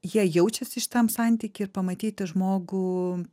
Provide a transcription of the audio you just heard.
jie jaučiasi šitam santyky ir pamatyti žmogų